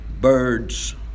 birds